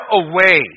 away